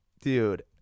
dude